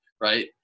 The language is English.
right